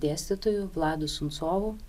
dėstytoju vladu suncovu